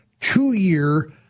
two-year